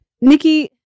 Nikki